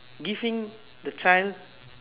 giving the child